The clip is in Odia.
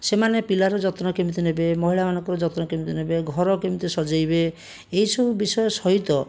ସେମାନେ ପିଲାର ଯତ୍ନ କେମିତି ନେବେ ମହିଳାମାନଙ୍କର ଯତ୍ନ କେମିତି ନେବେ ଘର କେମିତି ସଜାଇବେ ଏହିସବୁ ବିଷୟ ସହିତ